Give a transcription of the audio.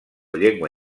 llengua